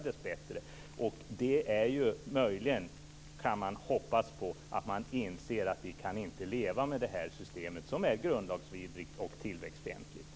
Det är möjligen, kan man hoppas på, därför att man inser att vi inte kan leva med det här systemet, som är grundlagsvidrigt och tillväxtfientligt.